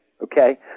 okay